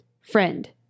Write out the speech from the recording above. friend